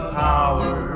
power